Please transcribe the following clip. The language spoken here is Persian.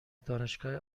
دانشگاه